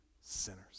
sinners